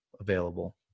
Available